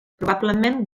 probablement